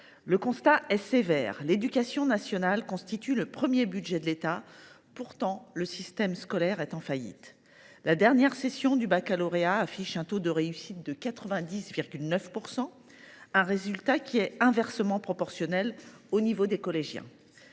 Le constat est sévère : l’éducation nationale constitue le premier budget de l’État, pourtant, notre système scolaire est en faillite. Lors de sa dernière session, le baccalauréat a affiché un taux de réussite de 90,9 %, un résultat inversement proportionnel au niveau des collégiens